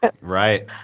Right